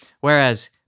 Whereas